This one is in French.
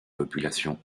population